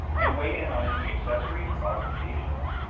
and weigh in on any accessories or modifications.